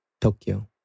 Tokyo